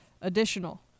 additional